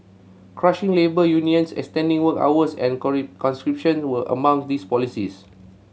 crushing labour unions extending work hours and conscription were among these policies